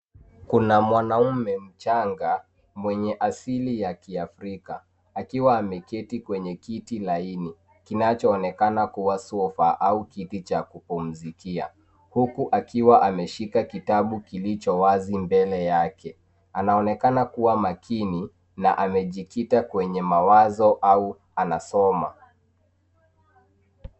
Kuna mwanaume mchanga mwenye asili ya kiafrika akiwa wameketi kwenye kiti laini kinachoonekana kuwa sofa au kiti cha kupumzikia. Huku akiwa ameshika kitabu kilicho wazi mbele yake. Anaonekana kuwa makini na amejikita kwenye mawazo au anasoma.